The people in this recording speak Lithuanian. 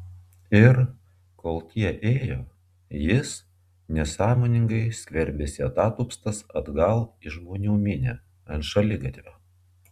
ir kol tie ėjo jis nesąmoningai skverbėsi atatupstas atgal į žmonių minią ant šaligatvio